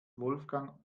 wolfgang